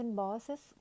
bosses